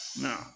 No